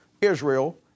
Israel